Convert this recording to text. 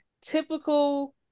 typical